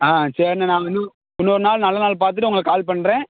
ஆ சரிண்ணே நான் இன்னும் இன்னொரு நாள் நல்ல நாள் பார்த்துட்டு உங்களுக்கு கால் பண்ணுறேன்